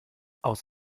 aus